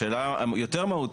השאלה היותר מהותית,